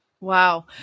Wow